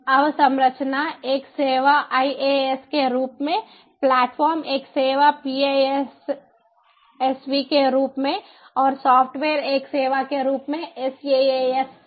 अवसंरचना एक सेवा IaaS के रूप में प्लेटफार्म एक सेवा PaaSv के रूप में और सॉफ्टवेयर एक सेवा के रूप में SaaS है